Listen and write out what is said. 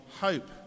hope